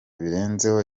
birenzeho